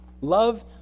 Love